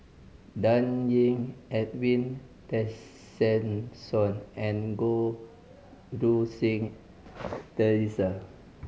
Dan Ying Edwin Tessensohn and Goh Rui Si Theresa